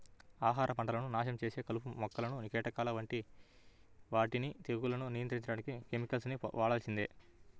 ఆహార పంటలను నాశనం చేసే కలుపు మొక్కలు, కీటకాల వంటి వాటిని తెగుళ్లను నియంత్రించడానికి కెమికల్స్ ని వాడాల్సిందే